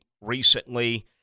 recently